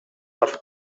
бар